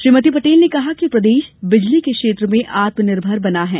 श्रीमती पटेल ने कहा कि प्रदेश बिजली के क्षेत्र में आत्मनिर्भर बना है